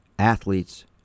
Athletes